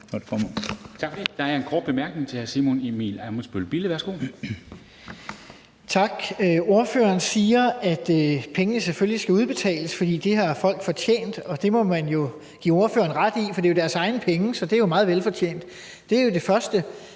Værsgo. Kl. 10:12 Simon Emil Ammitzbøll-Bille (UFG): Tak. Ordføreren siger, at pengene selvfølgelig skal udbetales, fordi det har folk fortjent. Det må man give ordføreren ret i, for det er jo deres egne penge; så det er jo meget velfortjent. Det er det første.